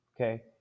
okay